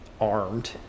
armed